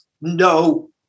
no